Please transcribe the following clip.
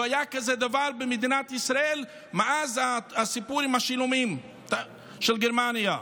לא היה דבר כזה במדינת ישראל מאז הסיפור עם השילומים של גרמניה,